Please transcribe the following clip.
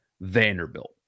Vanderbilt